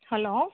hello